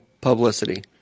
publicity